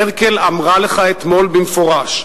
מרקל אמרה לך אתמול במפורש: